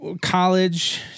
college